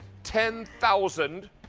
ten thousand.